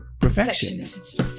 perfectionists